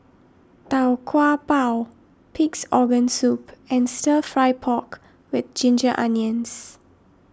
Tau Kwa Pau Pig's Organ Soup and Stir Fry Pork with Ginger Onions